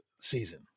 season